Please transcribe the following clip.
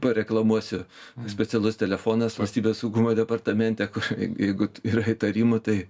pareklamuosiu specialus telefonas valstybės saugumo departamente kur jeigu yra įtarimų tai